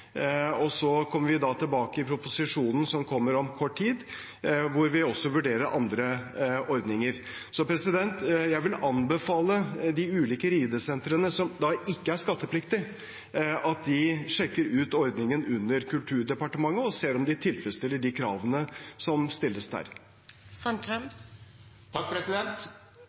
Så kommer vi tilbake i proposisjonen som kommer om kort tid, hvor vi også vurderer andre ordninger. Jeg vil anbefale de ulike ridesentrene som ikke er skattepliktige, at de sjekker ut ordningen under Kulturdepartementet og ser om de tilfredsstiller de kravene som stilles